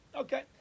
Okay